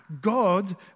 God